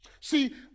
See